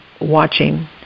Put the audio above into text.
watching